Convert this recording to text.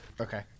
Okay